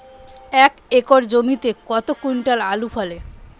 এক একর জমিতে কত কুইন্টাল আলু ফলে?